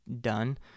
done